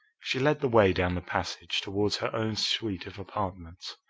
she led the way down the passage towards her own suite of apartments.